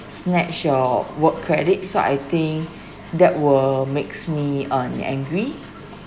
snatch your work credit so I think that will makes me um angry